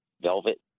velvet